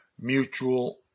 mutual